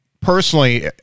personally